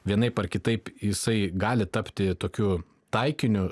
vienaip ar kitaip jisai gali tapti tokiu taikiniu